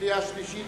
בקריאה שלישית,